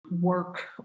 work